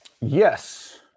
Yes